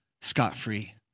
scot-free